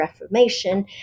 Reformation